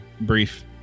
brief